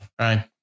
right